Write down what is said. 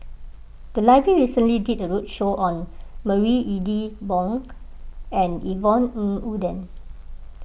the library recently did a roadshow on Marie Ethel Bong and Yvonne Ng Uhde